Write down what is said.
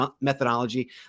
methodology